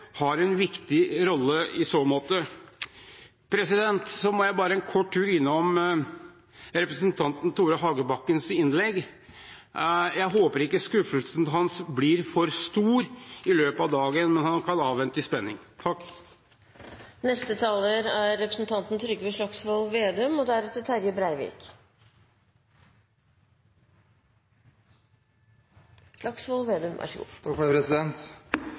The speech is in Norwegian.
har en viktig rolle i så måte. Så må jeg bare en kort tur innom representanten Tore Hagebakkens innlegg. Jeg håper ikke skuffelsen hans blir for stor i løpet av dagen, men han kan avvente i spenning. Det er